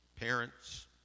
parents